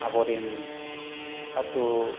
ᱟᱵᱚᱨᱤᱱ ᱟᱹᱛᱩ